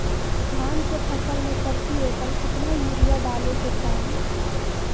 धान के फसल में प्रति एकड़ कितना यूरिया डाले के चाहि?